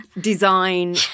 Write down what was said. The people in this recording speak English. design